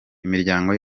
imiryango